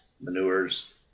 manures